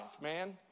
man